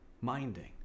minding